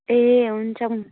ए हुन्छ